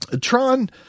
Tron